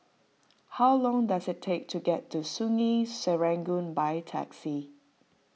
how long does it take to get to Sungei Serangoon by taxi